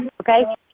Okay